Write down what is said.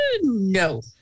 no